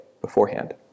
beforehand